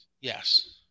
Yes